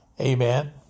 amen